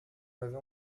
m’avait